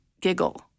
giggle